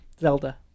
zelda